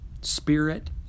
spirit